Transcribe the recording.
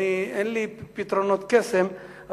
אין לי פתרונות קסם,